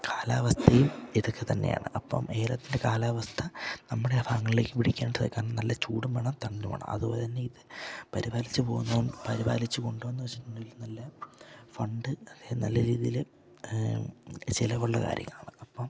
കാലാവസ്ഥയും ഇതൊക്കെ തന്നെയാണ് അപ്പം ഏലത്തിൻ്റെ കാലാവസ്ഥ നമ്മുടെ ആ ഭാഗങ്ങളിലേക്ക് പിടിക്കാത്തത് കാരണം നല്ല ചൂടും വേണം തണലും വേണം അതുപോലെ തന്നെ ഇത് പരിപാലിച്ചു പോകുന്ന പരിപാലിച്ചു കൊണ്ടു പോകുന്നു വച്ചിട്ടുണ്ടെങ്കിൽ നല്ല ഫണ്ട് അതായത് നല്ല രീതിയിൽ ചിലവുള്ള കാര്യങ്ങളാണ് അപ്പം